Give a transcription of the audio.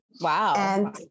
Wow